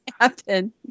happen